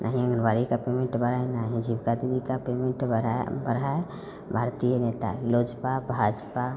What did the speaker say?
ना ही का पेमेंट बढ़ा ना ही जीविका दीदी का पेमेंट बढ़ाया बराया भारतीय नेता लाजपा भाजपा